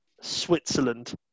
Switzerland